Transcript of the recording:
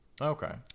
Okay